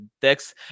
text